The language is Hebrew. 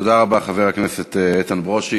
תודה רבה, חבר הכנסת איתן ברושי.